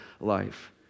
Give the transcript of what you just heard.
life